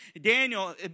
Daniel